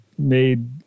made